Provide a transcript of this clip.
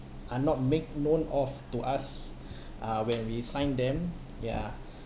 are not make known of to us uh when we signed them ya